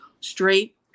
Straight